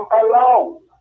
alone